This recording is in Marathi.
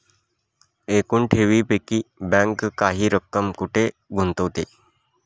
एकूण ठेवींपैकी बँक काही रक्कम कुठे गुंतविते?